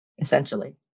essentially